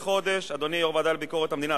אדוני יו"ר הוועדה לביקורת המדינה,